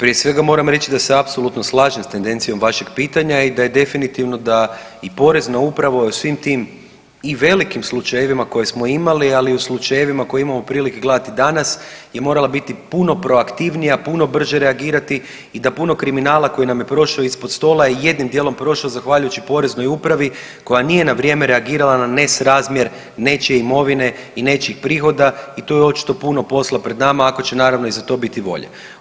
Prije svega, moram reći da se apsolutno slažem s tendencijom vašeg pitanja i da je definitivno da i Porezna uprava o svim tim i velikim slučajevima koje smo imali, ali i u slučajevima koje imamo prilike gledati danas je morala biti puno proaktivnija, puno brže reagirati i da puno kriminala koji nam je prošao ispod stola je jednim dijelom prošao zahvaljujući Poreznoj upravi koja nije na vrijeme reagirala na nesrazmjer nečije imovine i nečijih prihoda i tu je očito puno posla pred nama, ako će, naravno i za to biti volje.